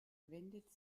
wendet